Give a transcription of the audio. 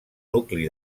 nucli